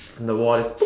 the wall just poop